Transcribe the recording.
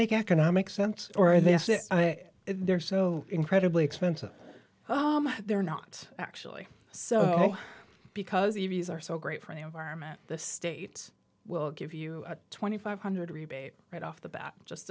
make economic sense or they say they're so incredibly expensive oh my they're not actually so because evey's are so great for the environment the state will give you a twenty five hundred rebate right off the bat just